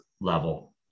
level